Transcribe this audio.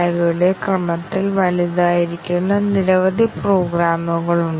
ഒരു white box test തന്ത്രം ഞങ്ങൾ എങ്ങനെ രൂപകൽപ്പന ചെയ്യും അത് ആ ബഗുകൾ പരിശോധിക്കും